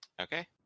Okay